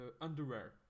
Underwear